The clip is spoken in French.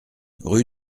rue